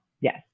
Yes